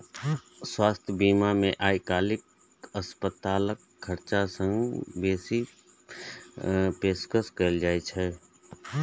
स्वास्थ्य बीमा मे आइकाल्हि अस्पतालक खर्च सं बेसी के पेशकश कैल जाइ छै